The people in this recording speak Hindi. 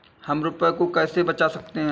हम रुपये को कैसे बचा सकते हैं?